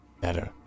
better